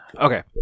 Okay